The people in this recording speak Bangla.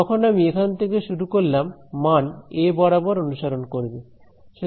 যখন আমি এখান থেকে শুরু করলাম মান এ বরাবর অনুসরণ করবে